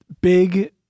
Big